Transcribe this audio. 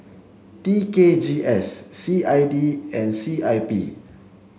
T K G S C I D and C I P